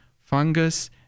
fungus